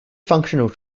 functional